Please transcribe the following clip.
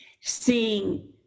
seeing